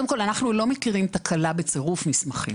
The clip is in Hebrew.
קודם כל אנחנו לא מכירים תקלה בצירוף מסמכים,